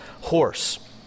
horse